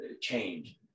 change